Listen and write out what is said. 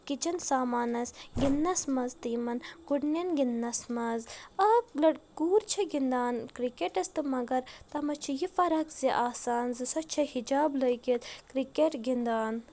kitchen سامانس گِنٛدنس منٛز تہٕ یِمن گُڈنٮ۪ن گِنٛدنس منٛز آ کوٗر چھ گِنٛدان کرکٹس تہِ مگر تَتھ منٛز چھ یہِ فرق زِ آسان زِ سۄ چھ حجاب لأگِتھ کرکٹ گِنٛدان